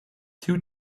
two